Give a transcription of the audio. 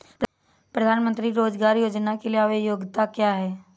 प्रधानमंत्री रोज़गार योजना के लिए योग्यता क्या है?